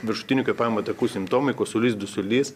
viršutinių kvėpavimo takų simptomai kosulys dusulys